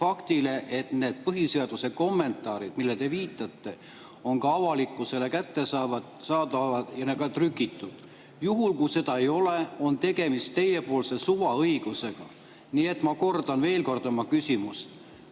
et need põhiseaduse kommentaarid, millele te viitasite, on avalikkusele kättesaadavad ja ka trükitud. Juhul kui ei ole, on tegemist teie suvaõigusega. Nii et ma kordan veel kord oma küsimust: